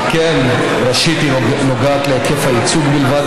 שכן ראשית היא נוגעת להיקף הייצוג בלבד,